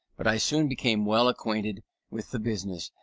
but i soon became well acquainted with the business,